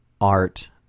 art